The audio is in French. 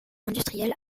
industriel